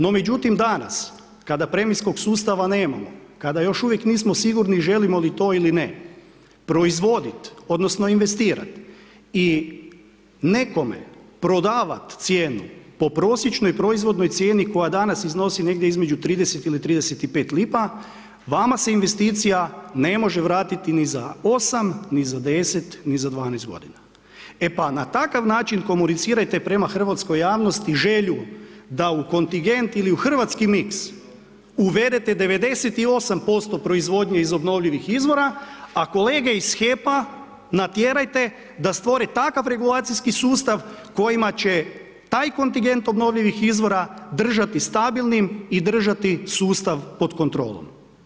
No, međutim, danas kada premijskog sustava nemamo, kada još uvijek nismo sigurni želimo li to ili ne, proizvoditi, odnosno, investirati i nekome prodavati cijenu, po prosječnoj proizvodnoj cijeni koja danas iznosi negdje između 30 ili 35 lipa, vama se investicija ne može vratiti ni za 8 ni za 10 ni za 12 g. E pa na takav način komunicirati prema hrvatskoj javnosti, želju da u kontingent ili u hrvatski miks uvedete 98% proizvodnje iz obnovljivih izvora, a kolege iz HEP-a natjerajte da stvore takav regulacijski sustav, kojima će taj kontingent obnovljivih izvora držati stabilnim i držati sustav pod kontrolom.